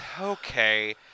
okay